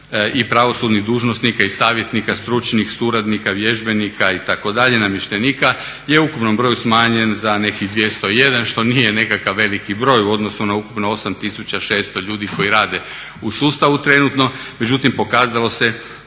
i pravosudnih dužnosnika i savjetnika, stručnih suradnika, vježbenika itd., namještenika je u ukupnom broju smanjen za nekih 201 što nije nekakav veliki broj u odnosu na ukupno 8600 ljudi koji rade u sustavu trenutno. Međutim, pokazalo se